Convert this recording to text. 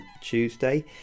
Tuesday